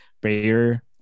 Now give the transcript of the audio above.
prayer